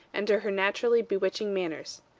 and to her naturally bewitching manners.